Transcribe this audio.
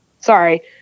sorry